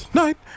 night